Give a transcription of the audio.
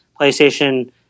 PlayStation